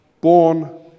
born